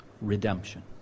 Redemption